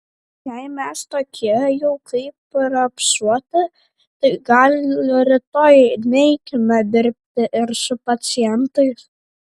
jei mes tokie jau kaip raupsuoti tai gal rytoj neikime dirbti ir su pacientais